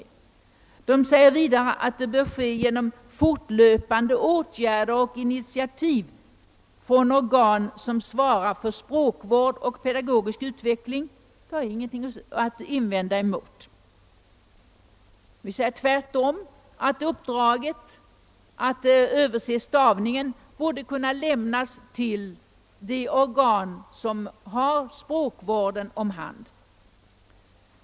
För det andra står det att detta »bör ske genom fortlöpande åtgärder och initiativ från organ som svarar för språkvård och pedagogisk utveckling». Det har jag inte heller något att invända mot. Vi säger tvärtom att uppdraget att se över stavningen borde kunna lämnas till de organ som har språkvården om hand.